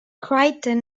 crichton